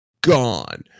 gone